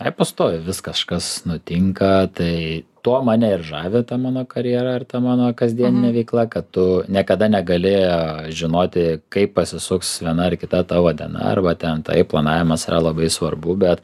ai pastoviai vis kažkas nutinka tai tuo mane ir žavi ta mano karjera ir ta mano kasdieninė veikla kad tu niekada negali žinoti kaip pasisuks viena ar kita tavo diena arba ten taip planavimas yra labai svarbu bet